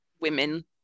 women